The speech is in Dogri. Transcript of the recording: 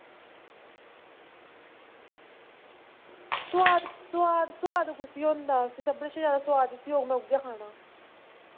सोआद सोआद सोआद कुसगी होंदा सोआद जिसगी होगा सभनें कशा जादै में उसी खाना